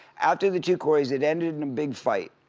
after the two coreys had ended in a big fight,